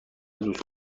دوست